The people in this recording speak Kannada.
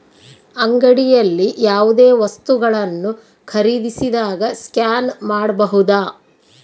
ಅಂಗಡಿಯಲ್ಲಿ ಯಾವುದೇ ವಸ್ತುಗಳನ್ನು ಖರೇದಿಸಿದಾಗ ಸ್ಕ್ಯಾನ್ ಮಾಡಬಹುದಾ?